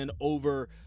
over